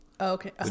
okay